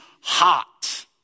hot